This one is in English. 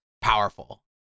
powerful